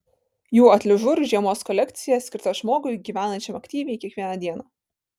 jų atližur žiemos kolekcija skirta žmogui gyvenančiam aktyviai kiekvieną dieną